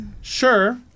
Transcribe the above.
sure